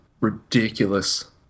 ridiculous